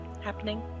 happening